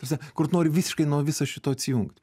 ta prasme kur tu nori visiškai nuo viso šito atsijungt